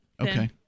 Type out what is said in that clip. okay